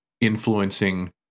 influencing